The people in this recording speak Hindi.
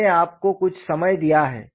मैंने आपको कुछ समय दिया है